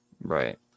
right